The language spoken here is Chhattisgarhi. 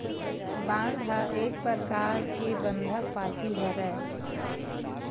बांड ह एक परकार ले बंधक पाती हरय